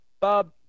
Bob